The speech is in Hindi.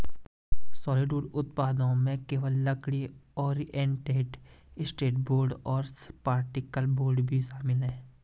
सॉलिडवुड उत्पादों में केवल लकड़ी, ओरिएंटेड स्ट्रैंड बोर्ड और पार्टिकल बोर्ड भी शामिल है